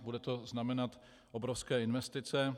Bude to znamenat obrovské investice.